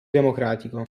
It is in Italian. democratico